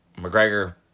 McGregor